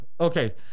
Okay